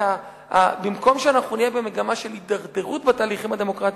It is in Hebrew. במקום שאנחנו נהיה במגמה של הידרדרות בתהליכים הדמוקרטיים,